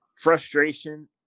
frustration